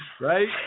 right